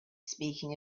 speaking